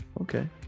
okay